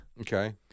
Okay